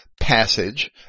passage